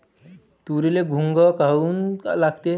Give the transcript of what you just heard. तुरीले घुंग काऊन लागते?